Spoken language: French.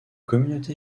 communauté